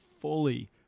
fully